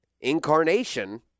incarnation